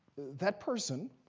that person